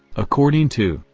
according to,